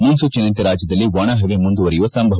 ಮುನ್ಲೂಚನೆಯಂತೆ ರಾಜ್ಜದಲ್ಲಿ ಒಣಹವೆ ಮುಂದುವರೆಯುವ ಸಂಭವ